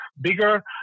bigger